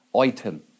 item